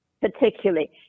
particularly